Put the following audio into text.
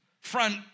front